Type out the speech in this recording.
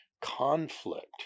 conflict